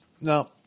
now